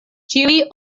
ĉiuj